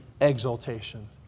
exaltation